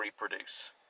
reproduce